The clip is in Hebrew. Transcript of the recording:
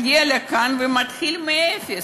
מגיע לכאן ומתחיל מאפס.